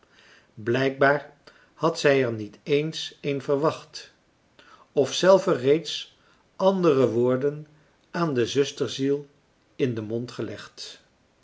blijkbaar had zij er niet eens een verwacht of zelve reeds andere woorden aan de zusterziel in den mond gelegd